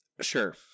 Sure